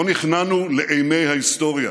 לא נכנענו לאימי ההיסטוריה,